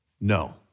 no